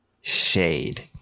shade